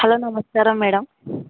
hello నమస్కారం madam